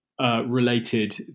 related